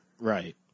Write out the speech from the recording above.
Right